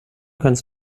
kannst